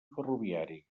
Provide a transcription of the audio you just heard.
ferroviari